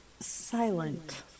silent